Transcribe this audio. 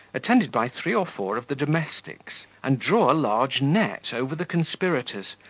attended by three or four of the domestics, and draw a large net over the conspirators,